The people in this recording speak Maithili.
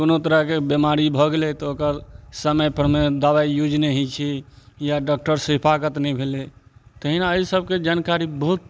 कोनो तरहके बिमारी भऽ गेलय तऽ ओकर समयपर मे दवाइ यूज नहि होइ छै या डॉक्टरसँ हिफाकत नहि भेलय तहिना अइ सबके जानकारी बहुत